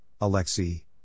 Alexei